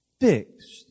fixed